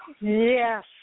Yes